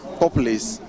populace